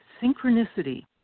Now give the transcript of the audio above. Synchronicity